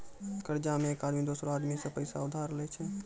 कर्जा मे एक आदमी दोसरो आदमी सं पैसा उधार लेय छै